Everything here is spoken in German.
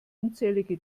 unzählige